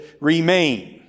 remain